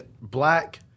black